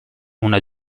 una